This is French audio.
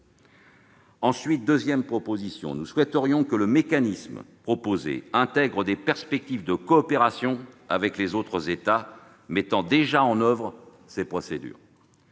Ensuite, nous souhaiterions que le mécanisme proposé intègre des perspectives de coopération avec les autres États mettant déjà en oeuvre ces procédures.